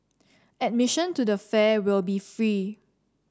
admission to the fair will be free